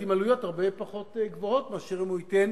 עם עלויות הרבה פחות גבוהות מאשר אם הוא ייתן